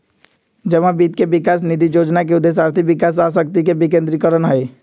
जमा वित्त विकास निधि जोजना के उद्देश्य आर्थिक विकास आ शक्ति के विकेंद्रीकरण हइ